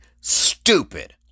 stupid